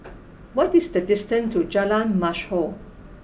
what is the distant to Jalan Mashhor